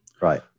right